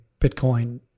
Bitcoin